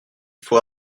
faut